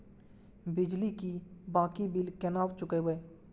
बिजली की बाकी बील केना चूकेबे?